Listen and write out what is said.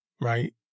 right